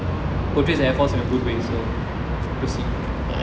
portrays the air force in a good way so proceed